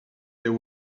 there